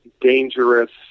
dangerous